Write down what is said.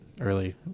early